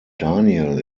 daniel